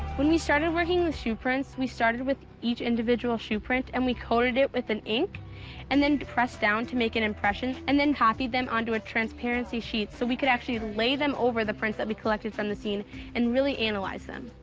when we started working with shoe prints, we started with each individual shoe print and we coated it with an ink and then pressed down to make an impression, and then copied them onto a transparency sheet so we could actually lay them over the prints that we collected from the scene and really analyze them.